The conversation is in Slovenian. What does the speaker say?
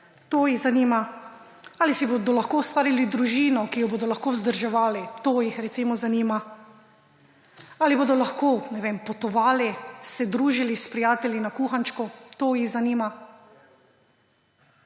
To jih zanima. Ali si bodo lahko ustvarili družino, ki jo bodo lahko vzdrževali, to jih, recimo, zanima. Ali bodo lahko, ne vem, potovali, se družili s prijatelji na kuhančku, to jih zanima,